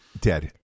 dead